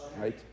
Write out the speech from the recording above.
right